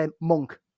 monk